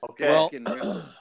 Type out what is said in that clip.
okay